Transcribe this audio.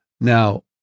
Now